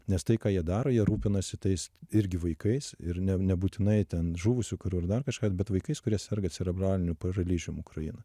nes tai ką jie daro jie rūpinasi tais irgi vaikais ir ne nebūtinai ten žuvusių karių ar dar kažką bet vaikais kurie serga cerebraliniu paralyžium ukrainoj